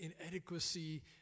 inadequacy